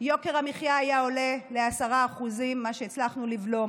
יוקר המחיה היה עולה ל-10% מה שהצלחנו לבלום.